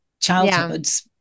childhoods